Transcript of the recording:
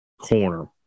corner